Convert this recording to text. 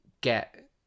get